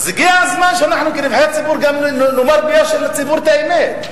אז הגיע הזמן שאנחנו כנבחרי ציבור גם נאמר ביושר לציבור את האמת,